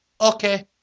Okay